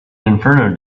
inferno